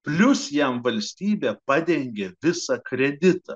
plius jam valstybė padengia visą kreditą